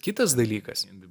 kitas dalykas